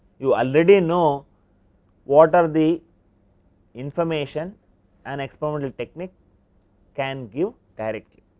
you already know what the information and experimental technique can give directly.